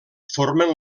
formen